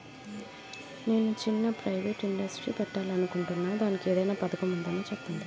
నేను చిన్న private industry పెట్టాలి అనుకుంటున్నా దానికి ఏదైనా పథకం ఉందేమో చెప్పండి?